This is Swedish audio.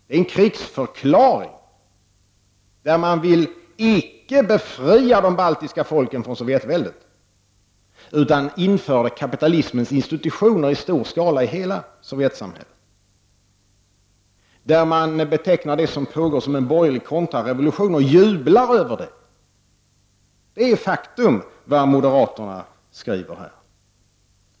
Det är en krigsförklaring där man vill, icke befria de baltiska folken från Sovjetväldet, utan införa kapitalismens institutioner i stor skala i hela Sovjetsamhället, där man betecknar det som pågår som en borgerlig kontrarevolution som man jublar över. Det är de facto vad moderaterna skriver.